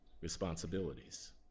responsibilities